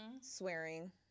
Swearing